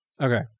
Okay